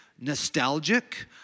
nostalgic